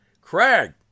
Craig